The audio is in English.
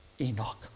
Enoch